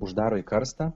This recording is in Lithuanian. uždaro į karstą